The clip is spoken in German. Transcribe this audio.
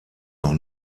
noch